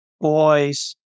Boys